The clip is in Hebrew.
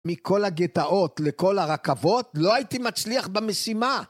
מכל הגטאות לכל הרכבות לא הייתי מצליח במשימה